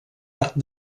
arc